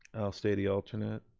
i'll stay the alternate.